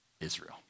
Israel